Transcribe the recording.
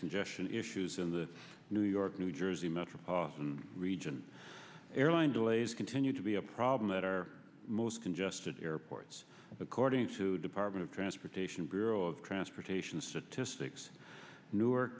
congestion issues in the new york new jersey metropolitan region airline delays continue to be a problem at our most congested airports according to department of transportation bureau of transportation statistics newark